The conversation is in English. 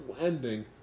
ending